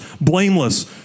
blameless